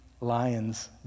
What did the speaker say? lion's